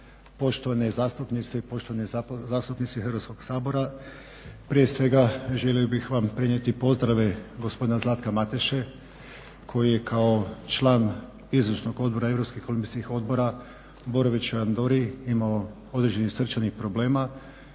Poštovane zastupnice i poštovani zastupnici Hrvatskog sabora. Prije svega želio bih vam prenijeti pozdrave gospodina Zlatka Mateše koji je kao član izvršnog odbora europskih olimpijskih odbora boraveći u Andori imao određenih srčanih problema